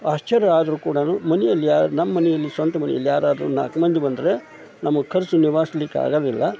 ಆಶ್ಚರ್ಯ ಆದರೂ ಕೂಡನೂ ಮನೆಯಲ್ಲಿ ಯಾರು ನಮ್ಮಮನೆಯಲ್ಲಿ ಸ್ವಂತ ಮನೆಯಲ್ ಯಾರಾದರೂ ನಾಲ್ಕು ಮಂದಿ ಬಂದರೆ ನಮ್ಗೆ ಖರ್ಚು ನಿವಾರಿಸ್ಲಿಕ್ಕಾಗೋದಿಲ್ಲ